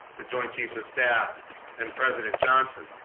the joint chiefs of staff and president johnson